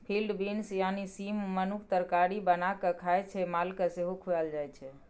field beans यानी सीम मनुख तरकारी बना कए खाइ छै मालकेँ सेहो खुआएल जाइ छै